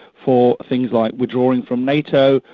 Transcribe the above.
for things like withdrawing from nato,